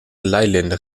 leilinden